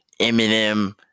Eminem